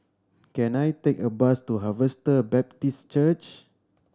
can I take a bus to Harvester Baptist Church